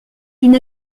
d’une